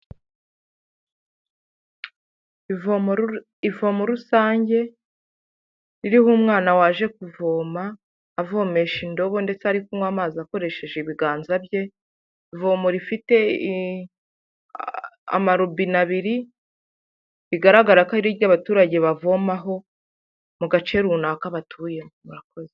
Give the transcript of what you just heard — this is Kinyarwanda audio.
Ivomo rusange ririho umwana waje kuvoma avomesha indobo ndetse ari kunywa amazi akoresheje ibiganza bye. Ivomo rifite amarobine abiri bigaragara ko ari iry'abaturage bavomaho mu gace runaka batuyemo murakoze.